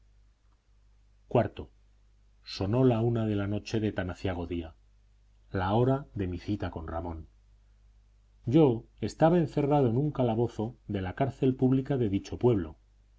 sonó la una de la noche de tan aciago día la hora de mi cita con ramón yo estaba encerrado en un calabozo de la cárcel pública de dicho pueblo